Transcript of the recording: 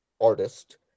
artist